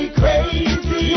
crazy